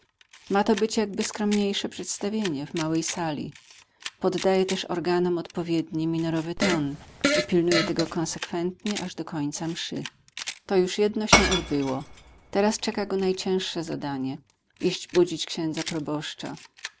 ma to być jakby skromniejsze przedstawienie w małej sali poddaje też organom odpowiedni minorowy ton i pilnuje tego konsekwentnie aż do końca mszy to już jedno się odbyło teraz czeka go najcięższe zadanie iść budzić księdza proboszcza